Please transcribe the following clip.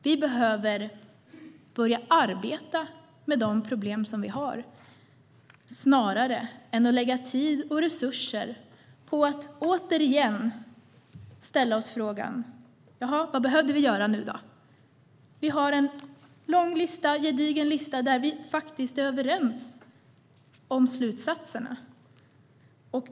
Vi behöver börja arbeta med de problem som vi har snarare än att lägga tid och resurser på att återigen ställa oss frågan: Jaha, vad behövde vi göra nu då? Vi har en lång och gedigen lista på vad som behöver göras, och vi är överens om slutsatserna.